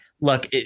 look